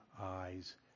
eyes